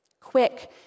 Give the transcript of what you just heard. quick